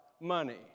money